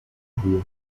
rua